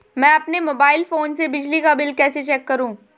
मैं अपने mobile phone से बिजली का बिल कैसे चेक करूं?